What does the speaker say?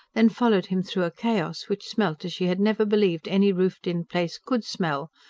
then followed him through a chaos, which smelt as she had never believed any roofed-in place could smell,